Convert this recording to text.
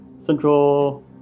central